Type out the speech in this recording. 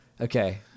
Okay